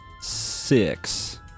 six